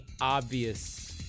obvious –